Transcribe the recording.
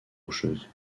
rocheuses